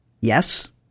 Yes